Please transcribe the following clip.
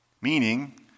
Meaning